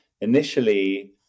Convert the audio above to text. initially